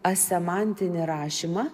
asemantinį rašymą